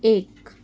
एक